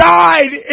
died